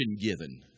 given